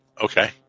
Okay